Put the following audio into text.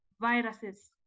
viruses